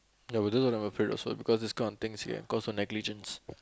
ya because these kind of things ya cause for negligence